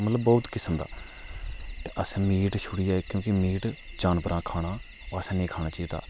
मतलब बहोत किस्म दा ते असें मीट छुड़ियै क्योंकि मीट जानवरें खाना ओह् असें निं खाना चाहिदा